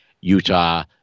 Utah